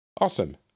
Awesome